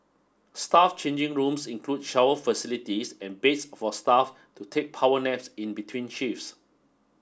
staff changing rooms include shower facilities and beds for staff to take power naps in between shifts